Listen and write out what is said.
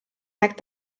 aeg